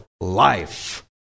life